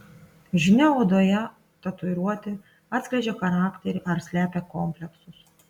žinia odoje tatuiruotė atskleidžia charakterį ar slepia kompleksus